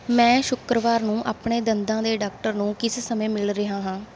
ਮੈਂ ਸ਼ੁੱਕਰਵਾਰ ਨੂੰ ਆਪਣੇ ਦੰਦਾਂ ਦੇ ਡਾਕਟਰ ਨੂੰ ਕਿਸ ਸਮੇਂ ਮਿਲ ਰਿਹਾ ਹਾਂ